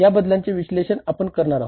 तर या बदलांचे विश्लेषण आपण करणार आहोत